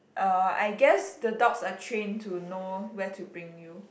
uh I guess the dogs are train to know where to bring you